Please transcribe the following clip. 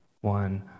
one